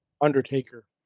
Undertaker